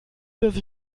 dass